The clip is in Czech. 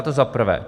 To za prvé.